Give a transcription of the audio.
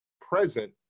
present